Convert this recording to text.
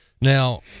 Now